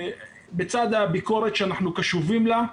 בצד הביקורת שאנחנו קשובים לה,